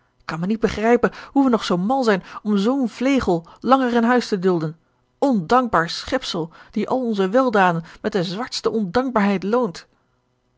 kan mij niet begrijpen hoe wij nog zoo mal zijn om zoo'n vlegel langer in huis te dulden ondankbaar schepsel die al onze weldaden met de zwartste ondankbaarheid loont